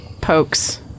pokes